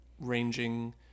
ranging